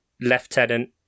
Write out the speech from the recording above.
Lieutenant